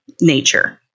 nature